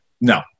No